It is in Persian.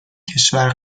کشور